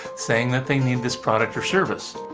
saying that they need this product or service.